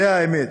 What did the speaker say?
זו האמת.